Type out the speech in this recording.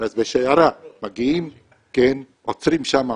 אז בשיירה מגיעים, הם עוצרים שם,